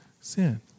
Sin